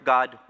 God